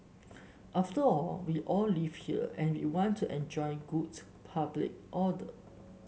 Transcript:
after all we all live here and we want to enjoy goods public order